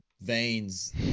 veins